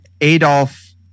adolf